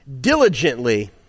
diligently